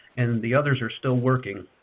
and the others are still working.